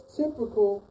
typical